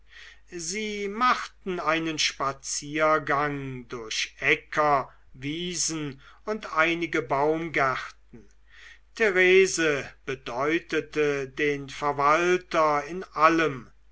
sie machten einen spaziergang durch äcker wiesen und einige baumgärten therese bedeutete den verwalter in allem